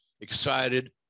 excited